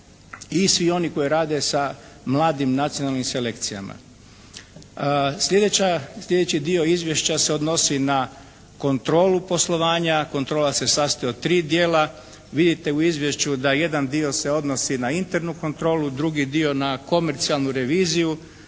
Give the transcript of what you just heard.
i svi oni koji rade sa mladim, nacionalnim selekcijama. Slijedeći dio izvješća se odnosi na kontrolu poslovanja. Kontrola se sastoji od tri dijela. Vidite u izvješću da jedan dio se odnosi na internu kontrolu, drugi dio na komercijalnu reviziju,